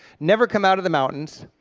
never come out of the mountains,